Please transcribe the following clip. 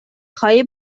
خواهی